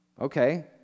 Okay